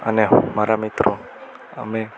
અને મારા મિત્રો અમે